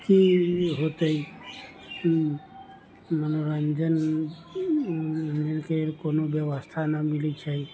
की होतै मनोरंजन मनोरंजनके कोनो व्यवस्था नहि मिलै छै